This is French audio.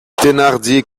thénardier